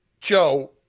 Joe